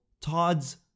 Todd's